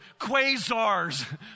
quasars